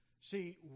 See